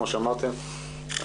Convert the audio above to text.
כמו שאמרתם,